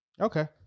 okay